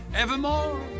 evermore